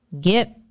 get